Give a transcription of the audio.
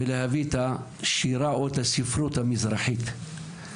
וכדי להביא את השירה והספרות המזרחית.